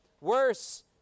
Worse